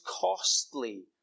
costly